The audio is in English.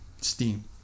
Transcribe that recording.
Steam